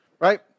right